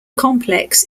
complex